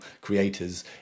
creators